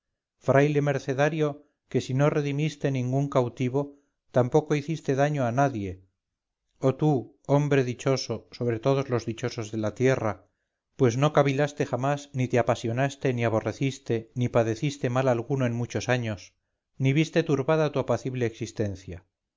fraile mercenario que si no redimiste ningún cautivo tampoco hiciste daño a nadie oh tú hombre dichoso sobre todos los dichosos de la tierra pues no cavilaste jamás ni te apasionaste ni aborreciste ni padeciste mal alguno en muchos años ni viste turbada tu apacible existencia